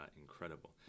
incredible